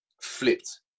flipped